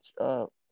up